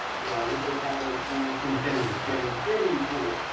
well, what do they call those pools? infinity pool an infinity pool.